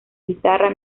guitarra